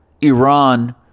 Iran